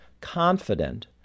confident